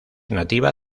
nativa